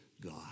God